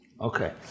Okay